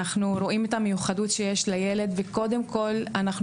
אנחנו רואים את המיוחדות שיש בילד וקודם כל אנחנו